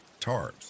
tarps